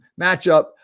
matchup